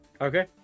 okay